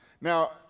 Now